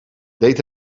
deed